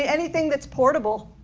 anything that's portable.